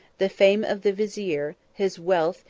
the fame of the vizier, his wealth,